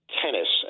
tennis